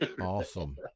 Awesome